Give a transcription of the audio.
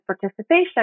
participation